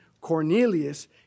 Cornelius